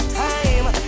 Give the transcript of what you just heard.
time